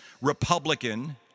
Republican